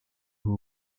who